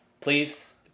Please